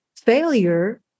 Failure